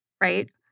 right